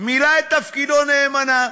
מילא את תפקידו נאמנה.